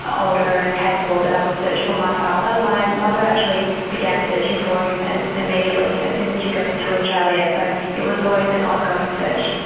older and capable, that i would search for my father. my mother actually began searching for him, and immediately, as soon as she got into australia. so it was always an ongoing search.